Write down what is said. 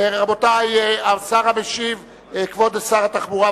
רבותי, השר המשיב, שר התחבורה.